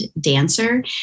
dancer